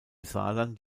saarland